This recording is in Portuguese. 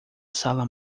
sala